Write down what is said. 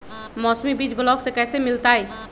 मौसमी बीज ब्लॉक से कैसे मिलताई?